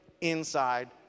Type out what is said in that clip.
inside